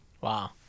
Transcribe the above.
Wow